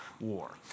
War